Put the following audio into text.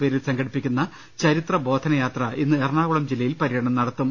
പേരിൽ സംഘടിപ്പിക്കുന്ന ചരിത്ര ബോധനയാത്ര ഇന്ന് എറണാകുളം ജില്ലയിൽ പര്യടനം നടത്തും